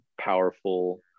powerful